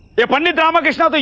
yeah pandit ramakrishna but